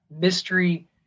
mystery